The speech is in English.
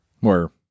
More